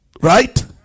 Right